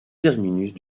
terminus